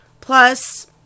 plus